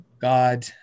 God